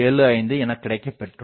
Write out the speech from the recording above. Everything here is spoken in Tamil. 75 எனக் கிடைக்கப் பெற்றுள்ளது